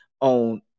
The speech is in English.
on